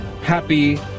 Happy